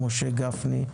משה גפני,